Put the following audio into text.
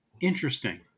Interesting